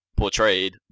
portrayed